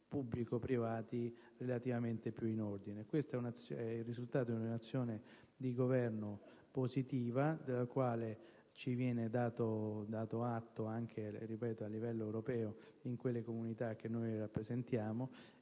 pubblici e privati relativamente più in ordine. Questo è il risultato di un'azione di governo positiva di cui ci viene dato atto anche a livello europeo, in quelle comunità che noi rappresentiamo,